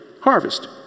harvest